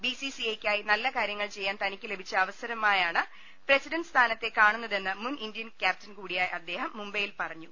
B C C I ക്കായി നല്ല കാര്യങ്ങൾ ചെയ്യാൻ തനിക്ക് ലഭിച്ച അവസരമായാണ് പ്രസിഡണ്ട് സ്ഥാനത്തെ കാണു ന്നതെന്ന് മുൻ ഇന്ത്യൻ ക്യാപ്റ്റൻ കൂടിയായ അദ്ദേഹം മുംബൈയിൽ പറഞ്ഞു